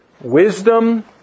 wisdom